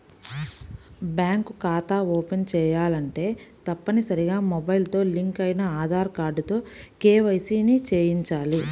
bank ఖాతా open చేయాలంటే తప్పనిసరిగా మొబైల్ తో లింక్ అయిన ఆధార్ కార్డుతో కేవైసీ ని చేయించాలి